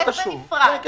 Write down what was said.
לא קשור.